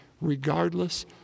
regardless